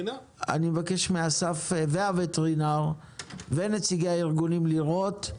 מבקש מאסף, הווטרינר ונציגי הארגונים לבדוק,